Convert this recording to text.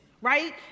right